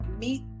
Meet